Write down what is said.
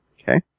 Okay